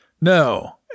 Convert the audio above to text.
No